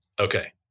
Okay